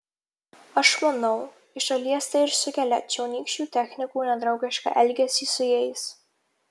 aš manau iš dalies tai ir sukelia čionykščių technikų nedraugišką elgesį su jais